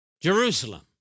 Jerusalem